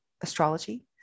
astrology